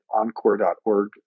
Encore.org